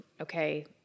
okay